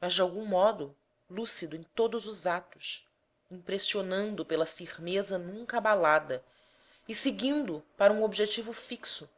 mas de algum modo lúcido em todos os atos impressionando pela firmeza nunca abalada e seguindo para um objetivo fixo